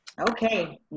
Okay